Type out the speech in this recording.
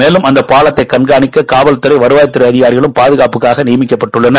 மேலும் அந்த பாலத்தை கண்காணிக்க காவல் மற்றும் வருவாய் துறை அதிகாரிகள் எல்லாம் பாலப் பாதுகாப்புக்காக நியமிக்கப்பட்டுள்ளனர்